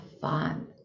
fun